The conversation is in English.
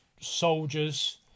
soldiers